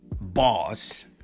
boss